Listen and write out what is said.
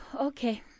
okay